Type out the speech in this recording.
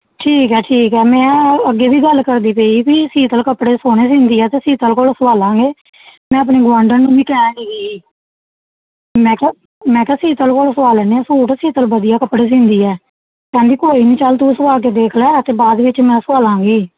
ਠੀਕ ਹੈ ਠੀਕ ਹੈ ਮੈਂ ਅੱਗੇ ਵੀ ਗੱਲ ਕਰਦੀ ਪਈ ਸੀ ਸ਼ੀਤਲ ਕੱਪੜੇ ਸੋਹਣੇ ਸਿਊਂਦੀ ਆ ਤੇ ਸ਼ੀਤਲ ਕੋਲੋਂ ਸਵਾ ਲਵਾਂਗੇ ਮੈਂ ਆਪਣੀ ਗਵਾਂਢਣ ਨੂੰ ਵੀ ਕਹਿ ਰਹੀ ਸੀ ਮੈਂ ਕਿਹਾ ਮੈਂ ਕਿਹਾ ਮੈਂ ਕਿਹਾ ਸ਼ੀਤਲ ਕੋਲੋਂ ਸਵਾ ਲੈਂਦੇ ਹਾਂ ਸੂਟ ਸ਼ੀਤਲ ਵਧੀਆ ਕੱਪੜੇ ਸਿਊਂਦੀ ਹੈ ਕਹਿੰਦੀ ਕੋਈ ਨਹੀਂ ਚੱਲ ਤੂੰ ਸੁਆ ਕੇ ਦੇਖ ਲੈ ਅਤੇ ਬਾਅਦ ਵਿੱਚ ਮੈਂ ਸਵਾ ਲਵਾਂਗੀ